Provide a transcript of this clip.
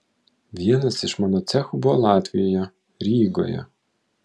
vienas iš mano cechų buvo latvijoje rygoje